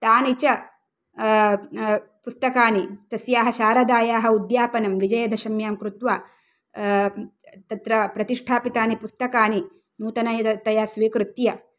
तानि च पुस्तकानि तस्याः शारदायाः उद्यापनं विजयादशम्यां कृत्वा तत्र प्रतिष्ठापितानि पुस्तकानि नूतनतया स्वीकृत्य